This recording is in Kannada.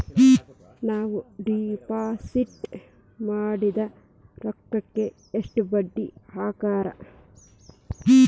ನಾವು ಡಿಪಾಸಿಟ್ ಮಾಡಿದ ರೊಕ್ಕಿಗೆ ಎಷ್ಟು ಬಡ್ಡಿ ಹಾಕ್ತಾರಾ?